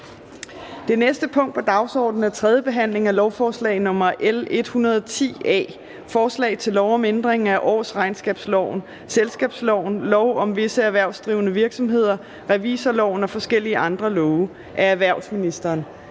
Det næste punkt på dagsordenen er: 7) 3. behandling af lovforslag nr. L 110 A: Forslag til lov om ændring af årsregnskabsloven, selskabsloven, lov om visse erhvervsdrivende virksomheder, revisorloven og forskellige andre love. (Kontrolpakken).